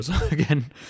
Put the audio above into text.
again